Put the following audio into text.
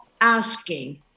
asking